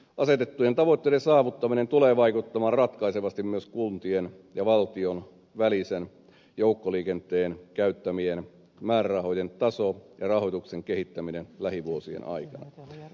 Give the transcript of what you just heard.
asetettujen tavoitteiden saavuttamiseen tulee vaikuttamaan ratkaisevasti myös kuntien ja valtion joukkoliikenteeseen käyttämien määrärahojen taso ja rahoituksen kehittyminen lähivuosien aikana